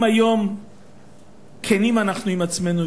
אם היום כנים אנחנו עם עצמנו,